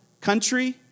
country